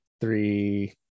three